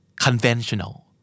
conventional